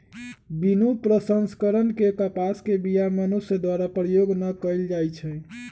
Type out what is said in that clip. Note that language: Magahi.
बिनु प्रसंस्करण के कपास के बीया मनुष्य द्वारा प्रयोग न कएल जाइ छइ